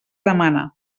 demana